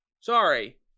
Sorry